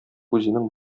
үзенең